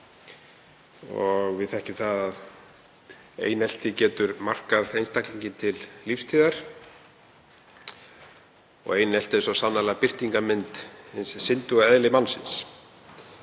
Við þekkjum það að einelti getur markað einstaklinginn til lífstíðar. Einelti er svo sannarlega birtingarmynd hins synduga eðlis mannsins.